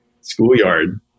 schoolyard